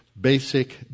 basic